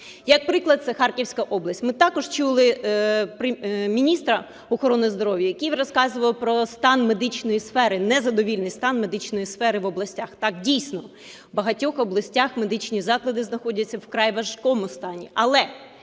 Як приклад, це Харківська область. Ми також чули міністра охорони здоров'я, який розказував про стан медичної сфери, незадовільний стан медичної сфери в областях. Так, дійсно, в багатьох областях медичні заклади знаходяться в вкрай важкому стані,